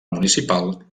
municipal